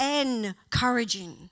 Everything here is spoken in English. encouraging